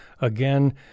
again